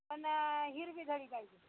पण हिरवी घडी पाहिजे